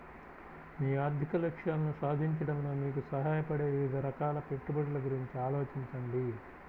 మీ ఆర్థిక లక్ష్యాలను సాధించడంలో మీకు సహాయపడే వివిధ రకాల పెట్టుబడుల గురించి ఆలోచించండి